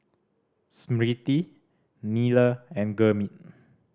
Smriti Neila and Gurmeet